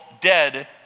dead